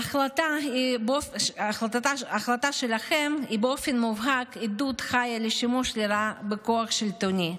ההחלטה שלכם היא עדות חיה לשימוש לרעה בכוח השלטוני.